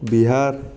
Bihar